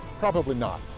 probably not,